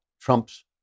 Trump's